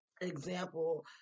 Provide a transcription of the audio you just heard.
example